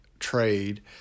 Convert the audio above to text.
trade